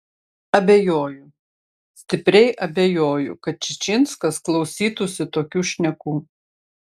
abejoju stipriai abejoju kad čičinskas klausytųsi tokių šnekų